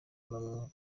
n’amwe